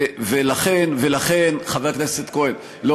אדוני השר, ולכן, חבר הכנסת כהן, עשר שנים.